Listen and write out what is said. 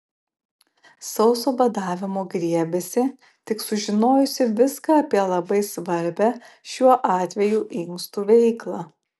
sauso badavimo griebėsi tik sužinojusi viską apie labai svarbią šiuo atveju inkstų veiklą